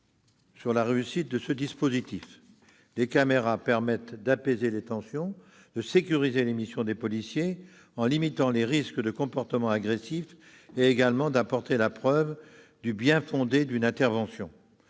la réussite de ce dispositif fait l'unanimité. Les caméras permettent d'apaiser les tensions, de sécuriser les missions des policiers en limitant les risques de comportement agressif, d'apporter la preuve du bien-fondé d'une intervention.